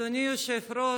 אדוני היושב-ראש,